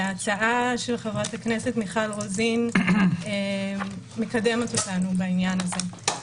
ההצעה של חברת הכנסת מיכל רוזין מקדמת אותנו בעניין הזה.